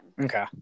Okay